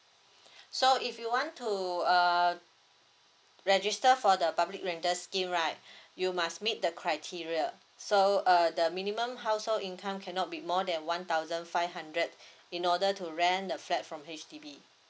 so if you want to err register for the public rental scheme right you must meet the criteria so err the minimum household income cannot be more than one thousand five hundred in order to rent the flat from H_D_B